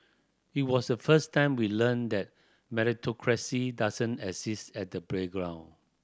it was the first time we learnt that meritocracy doesn't exist at the playground